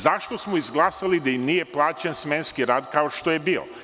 Zašto smo izglasali da im nije plaćen smenski rad kao što je bio?